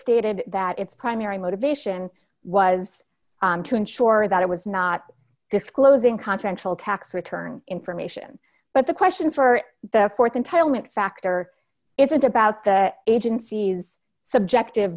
stated that its primary motivation was to ensure that it was not disclosing controversial tax return information but the question for the th entitlement factor isn't about the agency's subjective